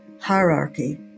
hierarchy